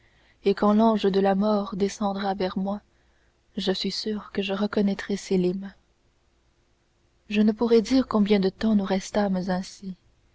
et quand l'ange de la mort descendra vers moi je suis sûre que je reconnaîtrai sélim je ne pourrais dire combien de temps nous restâmes ainsi